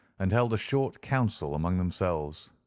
and held a short council among themselves.